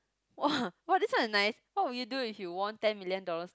!wah! !wah! this one is nice what will do you if you won ten million dollars